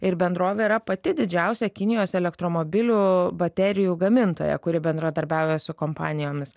ir bendrovė yra pati didžiausia kinijos elektromobilių baterijų gamintoja kuri bendradarbiauja su kompanijomis